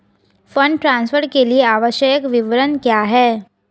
Fund transfer के लिए आवश्यक विवरण क्या हैं?